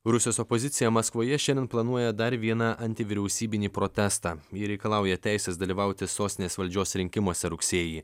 rusijos opozicija maskvoje šiandien planuoja dar vieną antivyriausybinį protestą ji reikalauja teisės dalyvauti sostinės valdžios rinkimuose rugsėjį